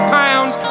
pounds